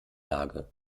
lage